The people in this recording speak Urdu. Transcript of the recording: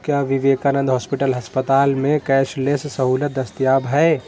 کیا وویکانند ہاسپٹل ہسپتال میں کیش لیس سہولت دستیاب ہے